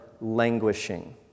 languishing